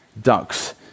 ducks